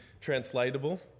translatable